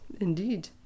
indeed